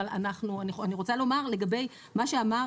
אבל אני רוצה לומר לגבי מה שאמר